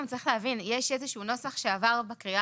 צריך להבין שיש איזשהו נוסח שעבר בקריאה